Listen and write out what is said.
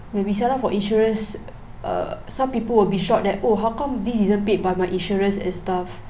maybe sometimes for insurance err some people will be shocked that oh how come this isn't paid by my insurance and stuff